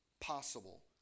possible